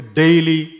daily